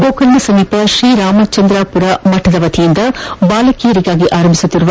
ಗೋಕರ್ಣ ಸಮೀಪ ಶ್ರೀರಾಮಚಂದ್ರಪುರ ಮಠದ ವತಿಯಿಂದ ಬಾಲಕಿಯರಿಗಾಗಿ ಆರಂಭಿಸುತ್ತಿರುವ